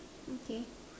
okay